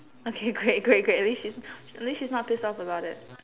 okay great great great at least she's she's not pissed off about it